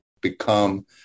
become